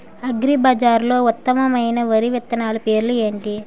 అగ్రిబజార్లో ఉత్తమమైన వరి విత్తనాలు పేర్లు ఏంటి?